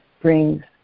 brings